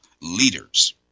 leaders